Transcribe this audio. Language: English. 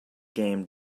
game